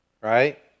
right